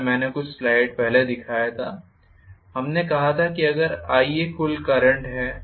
जैसा मैंने कुछ स्लाइड पहले दिखाया था हमने कहा था कि अगर Ia कुल करंट है